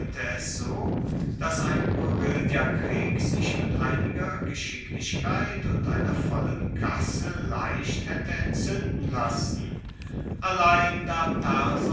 so dass ein guerillakrieg sich mit einiger geschicklichkeit und einer vollen kasse leicht haette entzuenden lassen allein da